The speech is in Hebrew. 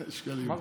שקלים.